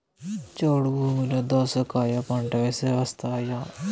చౌడు భూమిలో దోస కాయ పంట వేస్తే వస్తాయా?